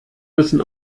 müssen